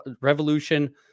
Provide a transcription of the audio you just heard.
revolution